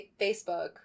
Facebook